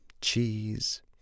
Cheese